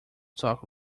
talk